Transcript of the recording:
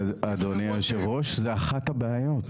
אדוני היושב ראש זה אחת הבעיות.